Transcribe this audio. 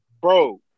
Bro